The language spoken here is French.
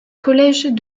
collège